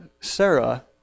Sarah